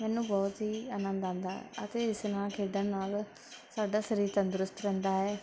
ਮੈਨੂੰ ਬਹੁਤ ਹੀ ਆਨੰਦ ਆਉਂਦਾ ਅਤੇ ਇਸ ਨਾਲ ਖੇਡਣ ਨਾਲ ਸਾਡਾ ਸਰੀਰ ਤੰਦਰੁਸਤ ਰਹਿੰਦਾ ਹੈ